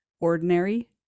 ordinary